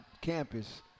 campus